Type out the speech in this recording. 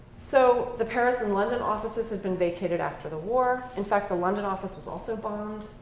so the paris and london offices had been vacated after the war. in fact, the london office was also bombed.